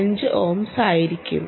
5 ohms ആയിരിക്കും